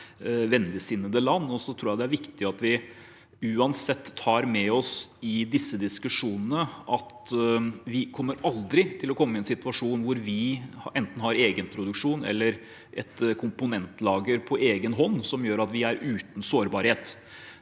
vennligsinnede land. Så tror jeg det er viktig at vi uansett tar med oss i disse diskusjonene at vi aldri vil komme i en situasjon hvor vi enten har egenproduksjon eller et komponentlager på egen hånd som gjør at vi er uten sårbarhet.